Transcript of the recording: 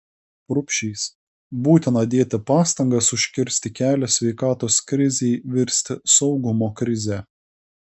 rupšys būtina dėti pastangas užkirsti kelią sveikatos krizei virsti saugumo krize